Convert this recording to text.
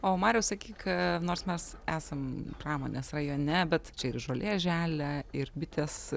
o mariau sakyk nors mes esam pramonės rajone bet čia ir žolė želia ir bitės